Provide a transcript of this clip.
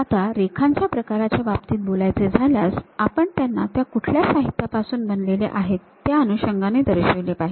आता रेखाच्या प्रकारांच्या बाबतीत बोलायचे झाल्यास आपण त्यांना त्या कुठल्या साहित्यापासून बनलेले आहेत त्या अनुषंगाने दर्शविले पाहिजे